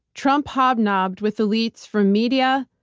trump hobnobbed with elites from media,